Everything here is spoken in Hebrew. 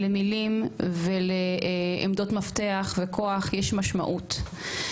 למילים ולעמדות מפתח וכוח יש משמעות.